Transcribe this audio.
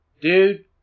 Dude